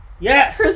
Yes